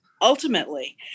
ultimately